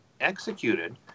executed